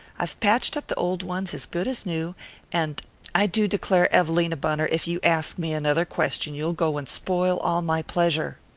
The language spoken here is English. i've patched up the old ones as good as new and i do declare, evelina bunner, if you ask me another question you'll go and spoil all my pleasure.